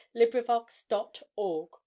LibriVox.org